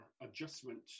adjustment